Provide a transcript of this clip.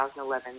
2011